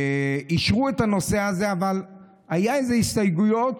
אישרו את הנושא הזה אבל היו הסתייגויות: